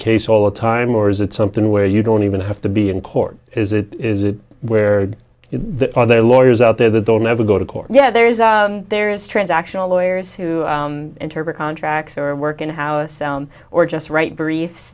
case all the time or is it something where you don't even have to be in court is it is it where the other lawyers out there that don't ever go to court yeah there is a there is transactional lawyers who interpret contracts or work in house or just write brief